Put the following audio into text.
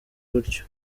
gutyo